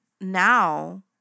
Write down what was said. now